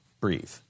breathe